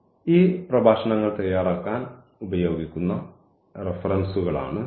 ഈ പ്രഭാഷണങ്ങൾ തയ്യാറാക്കാൻ ഉപയോഗിക്കുന്ന റഫറൻസുകളാണ് ഇവ